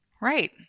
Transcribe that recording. Right